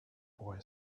boy